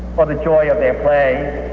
but joy of their play.